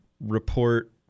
report